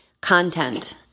content